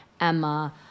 Emma